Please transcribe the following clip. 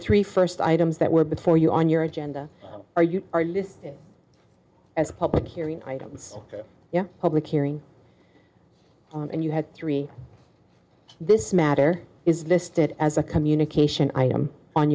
three first items that were before you on your agenda or you are listed as public hearing items you know public hearing on and you had three this matter is listed as a communication item on